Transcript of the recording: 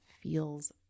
feels